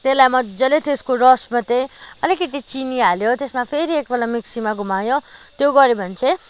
त्यसलाई मजाले त्यसको रसमा चाहिँ अलिकति चिनी हाल्यो त्यसमा फेरि एकपल्ट मिक्सीमा घुमायो त्यो गऱ्यो भने चाहिँ